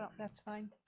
um that's fine.